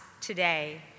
today